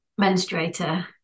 menstruator